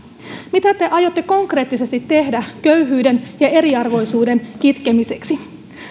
mitä te aiotte konkreettisesti tehdä köyhyyden ja eriarvoisuuden kitkemiseksi